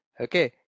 okay